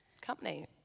company